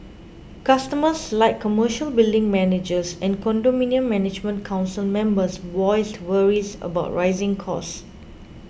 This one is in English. customers like commercial building managers and condominium management council members voiced worries about rising costs